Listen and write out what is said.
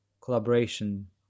collaboration